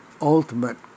ultimate